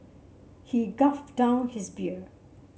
he gulped down his beer